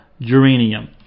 geranium